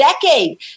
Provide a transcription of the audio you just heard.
decade